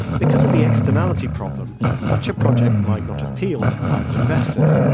because of the externality problem, such a project might not appeal to private investors.